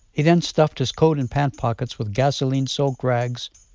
he then stuffed his coat and pant pockets with gasoline-soaked rags,